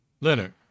Leonard